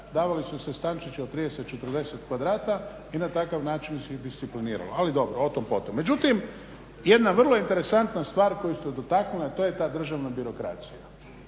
davali su se stančići od 30, 40 kvadrata i na takav način ih se discipliniralo. Ali dobro, o tom potom. Međutim, jedna vrlo interesantna stvar koju ste dotaknuli, a to je ta državna birokracija.